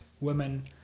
women